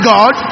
God